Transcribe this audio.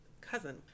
cousin